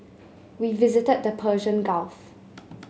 we visited the Persian Gulf